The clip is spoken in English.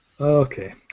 Okay